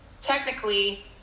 technically